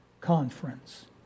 conference